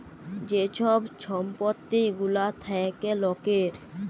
যে ছব সম্পত্তি গুলা থ্যাকে লকের